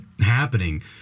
happening